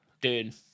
Dude